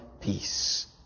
peace